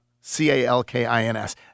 C-A-L-K-I-N-S